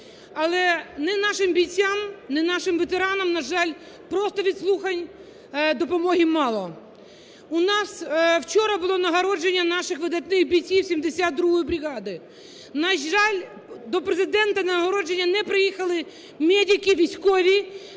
Але ні нашим бійцям, ні нашим ветеранам, на жаль, просто від слухань допомоги мало. У нас вчора було нагородження наших видатних бійців 72-ї бригади. На жаль, до Президента на нагородження не приїхали медики-військові,